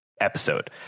episode